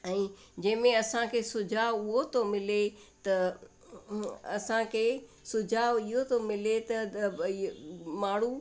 ऐं जंहिं में असांखे सुझाव उहो थो मिले त असांखे सुझाव इहो थो मिले त माण्हू